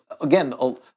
again